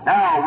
Now